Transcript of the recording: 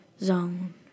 Zone